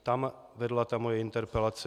Tam vedla moje interpelace.